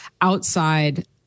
outside